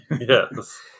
Yes